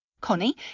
connie